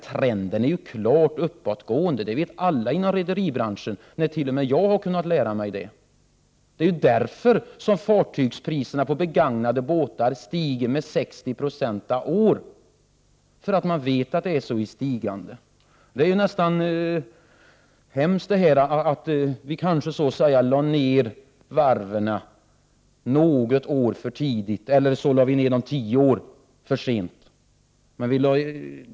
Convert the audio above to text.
Trenden är nu klart uppåtgående. Det vet alla inom rederibranschen, när t.o.m. jag har kunnat lära mig det. Man vet att fartygspriserna är i stigande, och därför stiger priserna på begagnade båtar med 60 96 per år. Det är nästan hemskt att vi kanske lade ner varven något år för tidigt eller tio år för sent.